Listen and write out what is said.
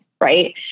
right